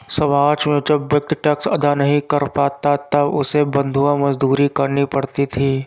समाज में जब व्यक्ति टैक्स अदा नहीं कर पाता था तब उसे बंधुआ मजदूरी करनी पड़ती थी